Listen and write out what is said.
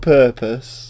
purpose